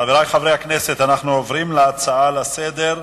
חברי חברי הכנסת, אנחנו עוברים לנושא הבא: